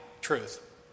truth